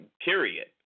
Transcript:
period